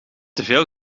teveel